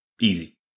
Easy